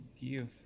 give